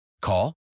Call